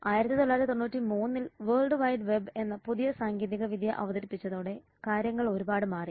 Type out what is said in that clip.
1993 ൽ world wide web എന്ന പുതിയ സാങ്കേതികവിദ്യ അവതരിപ്പിച്ചതോടെ കാര്യങ്ങൾ ഒരുപാട് മാറി